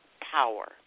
power